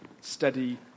steady